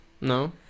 No